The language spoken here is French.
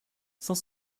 cinq